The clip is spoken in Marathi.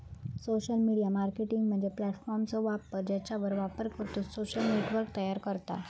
सोशल मीडिया मार्केटिंग म्हणजे प्लॅटफॉर्मचो वापर ज्यावर वापरकर्तो सोशल नेटवर्क तयार करता